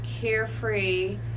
carefree